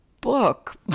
book